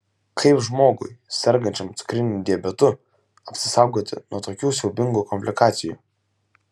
kaip žmogui sergančiam cukriniu diabetu apsisaugoti nuo tokių siaubingų komplikacijų